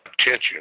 attention